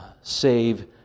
save